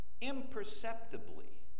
imperceptibly